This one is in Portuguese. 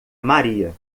maria